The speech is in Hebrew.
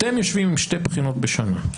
אתם יושבים עם שתי בחינות בשנה,